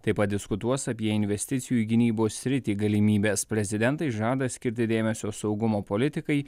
taip pat diskutuos apie investicijų į gynybos sritį galimybes prezidentai žada skirti dėmesio saugumo politikai